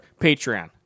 Patreon